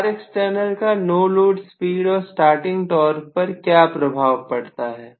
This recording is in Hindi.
विद्यार्थी Rext का नो लोड स्पीड और स्टार्टिंग टॉर्क पर क्या प्रभाव पड़ता है